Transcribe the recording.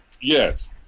Yes